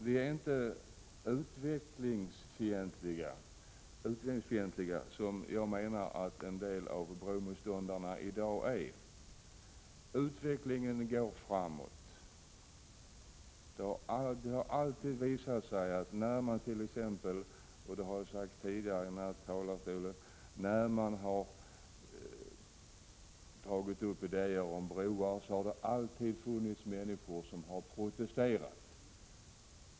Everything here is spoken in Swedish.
Vi är inte utvecklingsfientliga, vilket jag menar att en del av bromotståndarna i dag är. Utvecklingen går framåt. När man tagit upp idéer om broförbindelser har det alltid funnits människor — det har jag sagt tidigare från den här talarstolen — som har protesterat.